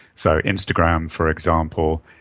so instagram, for example,